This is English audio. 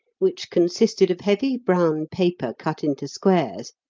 which consisted of heavy brown paper, cut into squares,